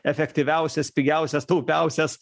efektyviausias pigiausias taupiausias